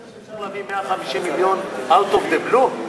אתה חושב שאפשר להביא 150 מיליון out of the blue?